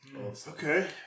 Okay